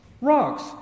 Rocks